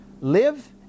live